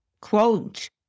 quote